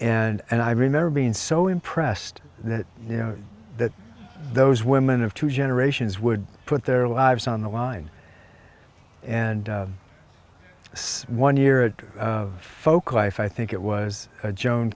and i remember being so impressed that you know that those women of two generations would put their lives on the line and yes one year ago folklife i think it was joan